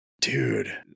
dude